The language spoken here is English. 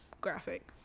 graphic